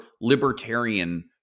libertarian